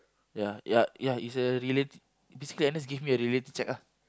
ya ya ya it's a related basically N_S give me a reality check ah